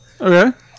Okay